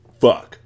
fuck